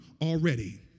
already